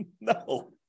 No